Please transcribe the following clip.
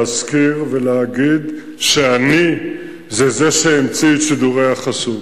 להזכיר ולהגיד שאני זה שהמציא את שידורי החסות,